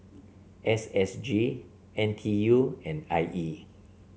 S S G N T U and I E